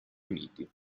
uniti